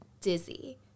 dizzy